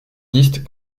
liste